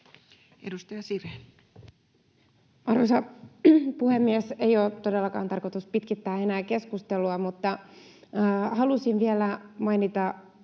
Content: Arvoisa puhemies! Ei ole todellakaan tarkoitus enää pitkittää keskustelua, mutta halusin vielä mainita sen,